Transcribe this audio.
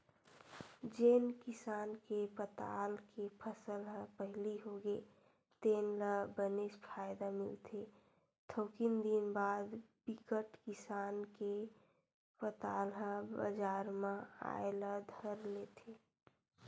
जेन किसान के पताल के फसल ह पहिली होगे तेन ल बनेच फायदा मिलथे थोकिन दिन बाद बिकट किसान के पताल ह बजार म आए ल धर लेथे